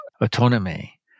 autonomy